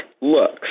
looks